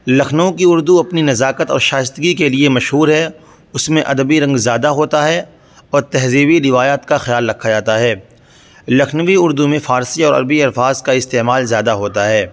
لکھنؤ کی اردو اپنی نزاکت اور شائستگی کے لیے مشہور ہے اس میں ادبی رنگ زیادہ ہوتا ہے اور تہذیبی روایات کا خیال رکھا جاتا ہے لکھنوی اردو میں فارسی اور عربی الفاظ کا استعمال زیادہ ہوتا ہے